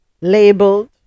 labeled